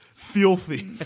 filthy